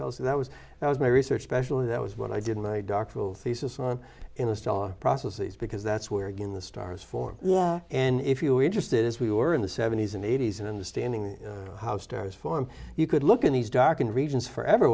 tell us that was that was my research question that was when i did my doctoral thesis on in the star processes because that's where again the stars form yeah and if you were interested as we were in the seventy's and eighty's and understanding how stars form you could look in these dark and regions forever